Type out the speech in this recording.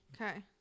Okay